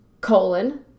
colon